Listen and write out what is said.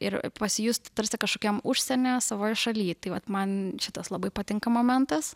ir pasijust tarsi kažkokiam užsieny savoj šaly tai vat man šitas labai patinka momentas